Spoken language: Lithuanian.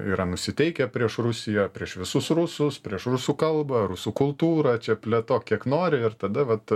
yra nusiteikę prieš rusiją prieš visus rusus prieš rusų kalbą rusų kultūrą čia plėtok kiek nori ir tada vat